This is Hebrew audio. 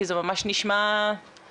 כי זה ממש נשמע חבל.